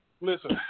listen